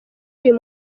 uyu